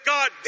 God